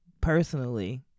personally